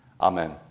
Amen